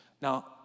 Now